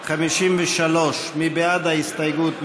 353, מי בעד ההסתייגות?